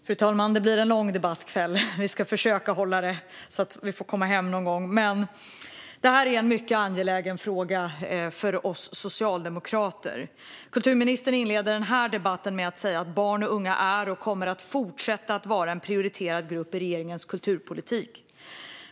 Fru talman! Det här är en mycket angelägen fråga för oss socialdemokrater. Kulturministern inleder den här debatten med att säga att barn och unga är och kommer att fortsätta vara en prioriterad grupp i regeringens kulturpolitik.